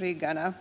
ryggskador.